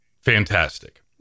Fantastic